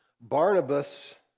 Barnabas